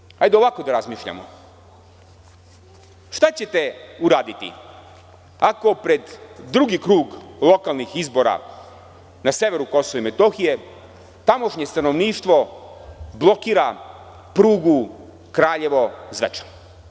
Sada moram da vas pitam, hajde ovako da razmišljamo – šta ćete uraditi ako pred drugi krug lokalnih izbora na severu Kosova i Metohije tamošnje stanovništvo blokira prugu Kraljevo-Zvečan?